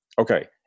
Okay